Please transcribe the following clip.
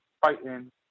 fighting